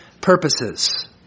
purposes